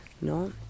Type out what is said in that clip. No